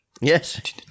Yes